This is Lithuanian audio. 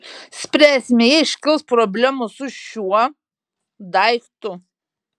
spręsime jei iškils problemų su šiuo daiktu